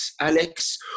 Alex